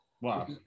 Wow